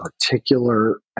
particular